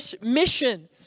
mission